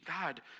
God